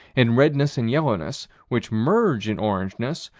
in redness and yellowness, which merge in orangeness,